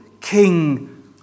King